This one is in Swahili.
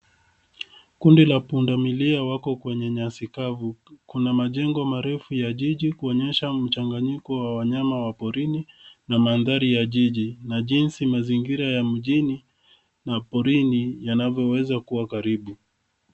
Kundi la punda milia wako kwenye nyasi kavu. Kuna majengo marefu ya jiji kuonyesha mchanganyiko wa wanyama wa porini na mandhari ya jiji na jinsi mazingira ya mjini na porini yanavyoweza kuwa karibu.